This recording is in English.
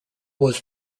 was